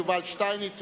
יובל שטייניץ,